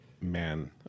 man